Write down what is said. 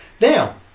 Now